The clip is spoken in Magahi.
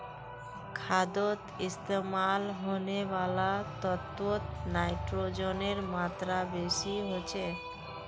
खादोत इस्तेमाल होने वाला तत्वोत नाइट्रोजनेर मात्रा बेसी होचे